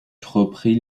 reprit